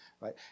right